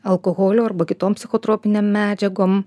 alkoholiu arba kitom psichotropinėm medžiagom